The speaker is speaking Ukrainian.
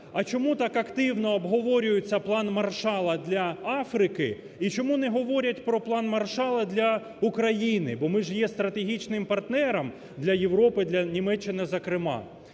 а чому так активно обговорюється план Маршала для Африки і чому не говорять про план Маршала для України, бо ми ж є стратегічним партнером для Європи, для Німеччини, зокрема.